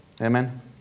Amen